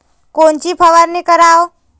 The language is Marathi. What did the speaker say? कोनची फवारणी कराव?